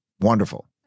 wonderful